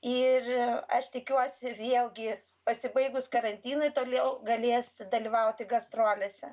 ir aš tikiuosi vėlgi pasibaigus karantinui toliau galės dalyvauti gastrolėse